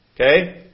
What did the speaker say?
Okay